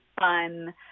fun